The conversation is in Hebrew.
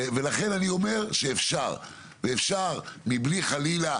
ולכן אני אומר שאפשר מבלי חלילה,